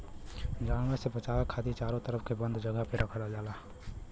जानवर से बचाये खातिर चारो तरफ से बंद जगह पे रखल जाला